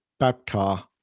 babka